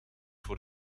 voor